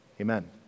Amen